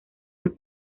han